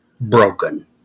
broken